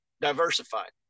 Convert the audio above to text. diversified